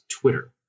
Twitter